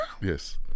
yes